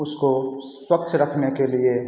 उसको स्वच्छ रखने के लिए